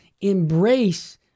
embrace